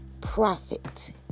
profit